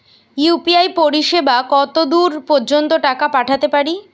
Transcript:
UPI পরিসেবা কতদূর পর্জন্ত টাকা পাঠাতে পারি?